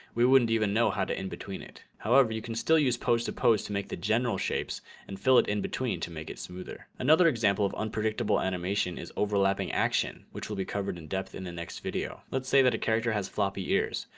we wouldn't even know how to in between it. however, you can still use pose to pose to make the general shapes and fill it in between to make it smoother. another example of unpredictable animation is overlapping action which will be covered in depth in the next video. let's say that a character has floppy ears.